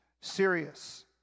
Serious